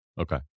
Okay